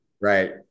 Right